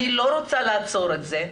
אני לא רוצה לעצור את זה,